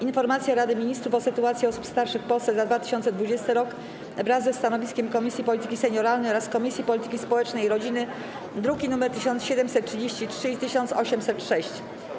Informacja Rady Ministrów o sytuacji osób starszych w Polsce za 2020 r. wraz ze stanowiskiem Komisji Polityki Senioralnej oraz Komisji Polityki Społecznej i Rodziny, druki nr 1733 i 1806.